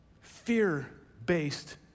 fear-based